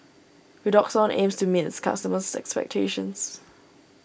Redoxon aims to meet its customers' expectations